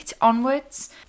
onwards